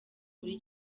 buri